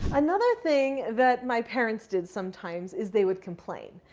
another thing that my parents did sometimes is they would complain.